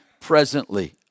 presently